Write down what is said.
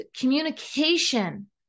communication